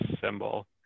symbol